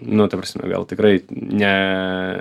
nu ta prasme gal tikrai ne